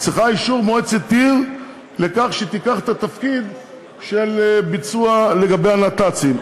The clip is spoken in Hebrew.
צריכה אישור מועצת עיר לכך שתיקח את התפקיד של ביצוע לגבי הנת"צים,